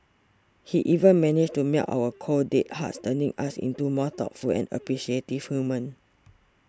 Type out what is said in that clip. he even managed to melt our cold dead hearts turning us into more thoughtful and appreciative humans